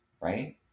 right